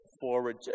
forward